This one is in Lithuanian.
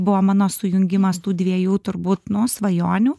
buvo mano sujungimas tų dviejų turbūt nu svajonių